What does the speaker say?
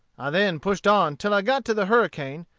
i then pushed on till i got to the hurricane,